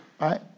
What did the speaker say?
right